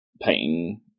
painting